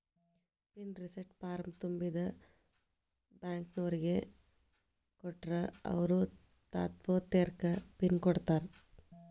pin reset ಫಾರ್ಮ್ನ ತುಂಬಿ ಬ್ಯಾಂಕ್ನೋರಿಗ್ ಕೊಟ್ರ ಅವ್ರು ತಾತ್ಪೂರ್ತೆಕ ಪಿನ್ ಕೊಡ್ತಾರಾ